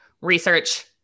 research